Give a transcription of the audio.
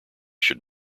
should